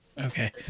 okay